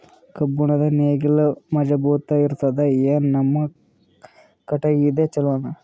ಕಬ್ಬುಣದ್ ನೇಗಿಲ್ ಮಜಬೂತ ಇರತದಾ, ಏನ ನಮ್ಮ ಕಟಗಿದೇ ಚಲೋನಾ?